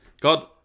God